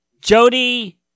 jody